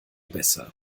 besser